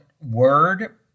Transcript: word